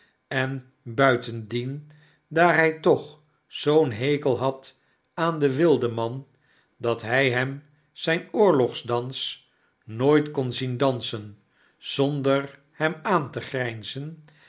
en buitendien daar hij toch zoo'n helel had aan den wildeman dat hy hem zijn oorlogsdans nooit kon zien dansen zonder hem aan te grynzen